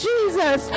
Jesus